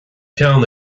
peann